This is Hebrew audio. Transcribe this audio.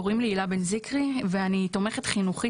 אני הילה בן זיקרי ואני תומכת חינוכית